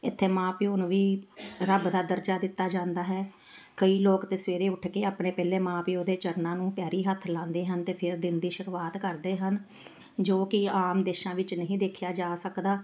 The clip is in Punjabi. ਇੱਥੇ ਮਾਂ ਪਿਓ ਨੂੰ ਵੀ ਰੱਬ ਦਾ ਦਰਜਾ ਦਿੱਤਾ ਜਾਂਦਾ ਹੈ ਕਈ ਲੋਕ ਤਾਂ ਸਵੇਰੇ ਉੱਠ ਕੇ ਆਪਣੇ ਪਹਿਲੇ ਮਾਂ ਪਿਓ ਦੇ ਚਰਨਾਂ ਨੂੰ ਪੈਰੀਂ ਹੱਥ ਲਾਉਂਦੇ ਹਨ ਅਤੇ ਫਿਰ ਦਿਨ ਦੀ ਸ਼ੁਰੂਆਤ ਕਰਦੇ ਹਨ ਜੋ ਕਿ ਆਮ ਦੇਸ਼ਾਂ ਵਿੱਚ ਨਹੀਂ ਦੇਖਿਆ ਜਾ ਸਕਦਾ